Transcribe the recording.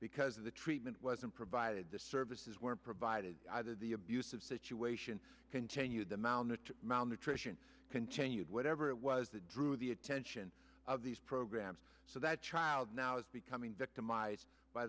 because of the treatment wasn't provided the services weren't provided either the abusive situation continued the mound the mound attrition continued whatever it was the drew the attention of these programs so that child now is becoming victimized by